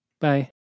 Bye